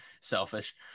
selfish